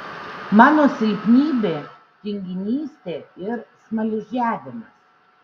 mano silpnybė tinginystė ir smaližiavimas